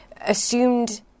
assumed